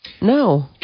No